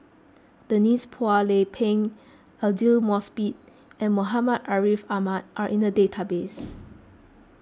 Denise Phua Lay Peng Aidli Mosbit and Muhammad Ariff Ahmad are in the database